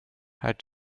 had